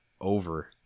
over